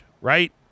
right